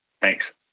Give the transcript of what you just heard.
Thanks